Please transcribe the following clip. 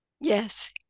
Yes